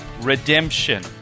redemption